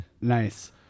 Nice